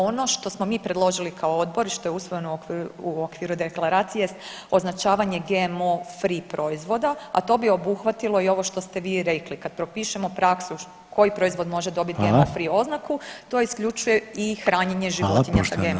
Ono što smo mi predložili kao odbor i što je usvojeno u okviru deklaracije jest označavanje GMO free proizvoda, a to bi obuhvatilo i ovo što ste vi rekli, kad propišemo praksu koji proizvod može dobit GMO free oznaku to isključuje i hranjenje životinja s GMO.